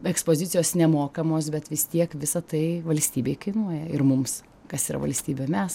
ekspozicijos nemokamos bet vis tiek visa tai valstybei kainuoja ir mums kas yra valstybė mes